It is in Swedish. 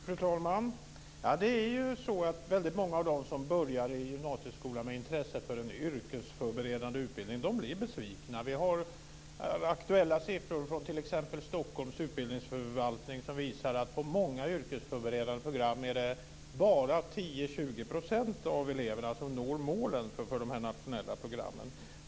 Fru talman! Det är ju så att väldigt många av dem som börjar gymnasieskolan med intresse för en yrkesförberedande utbildning blir besvikna. Vi har t.ex. fått aktuella siffror från Stockholms utbildningsförvaltning, som visar att det på många yrkesförberedande program bara är 10-20 % av eleverna som når målen för dessa nationella program.